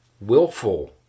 willful